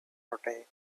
rotate